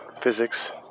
physics